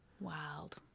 Wild